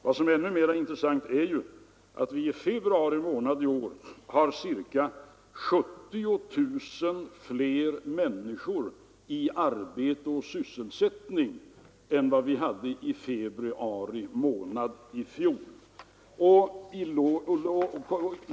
Vad som är ännu mer intressant är då att vi i februari månad i år hade ca 70000 fler människor i arbete och sysselsättning än vi hade i februari månad i fjol.